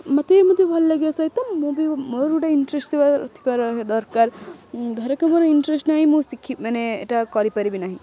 ମୋତେ ବି ମୋତେ ଭଲ ଲାଗିବ ସହିତ ମୁଁ ବି ମୋର ଗୋଟେ ଇଣ୍ଟରେଷ୍ଟ ଥିବାର ଥିବାର ଦରକାର ଘରକୁ ମୋର ଇଣ୍ଟରେଷ୍ଟ ନାହିଁ ମୁଁ ଶିଖି ମାନେ ଏଟା କରିପାରିବି ନାହିଁ